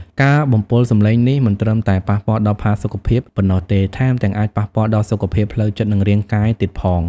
ការបំពុលសំឡេងនេះមិនត្រឹមតែប៉ះពាល់ដល់ផាសុកភាពប៉ុណ្ណោះទេ ថែមទាំងអាចប៉ះពាល់ដល់សុខភាពផ្លូវចិត្ត និងរាងកាយទៀតផង។